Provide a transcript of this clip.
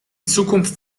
zukunft